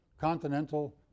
continental